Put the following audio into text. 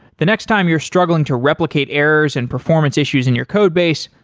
the next time you're struggling to replicate errors and performance issues in your codebase,